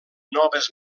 noves